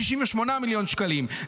68 מיליון שקלים,